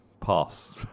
Pass